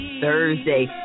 Thursday